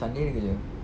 sunday dia kerja